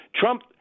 Trump